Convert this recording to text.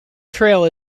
trail